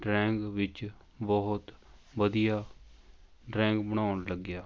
drawing ਵਿੱਚ ਬਹੁਤ ਵਧੀਆ ਡਰੈਂਗ ਬਣਾਉਣ ਲੱਗਿਆ